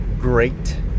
Great